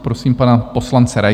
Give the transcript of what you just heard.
Prosím pana poslance Raise.